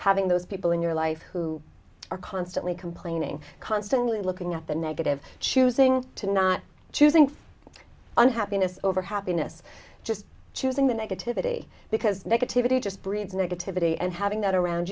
having those people in your life who are constantly complaining constantly looking at the negative choosing to not choosing unhappiness over happiness just choosing the negativity because negativity just breeds negativity and having that around